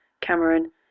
Cameron